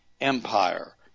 Empire